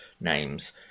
names